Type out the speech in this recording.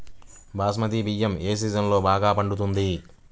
బాస్మతి బియ్యం ఏ సీజన్లో బాగా పండుతుంది?